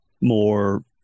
more